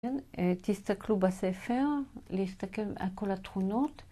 תסתכלו בספר להסתכל על כל התכונות.